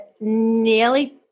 nearly